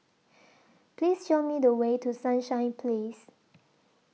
Please Show Me The Way to Sunshine Place